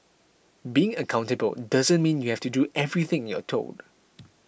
being accountable doesn't mean you have to do everything you're told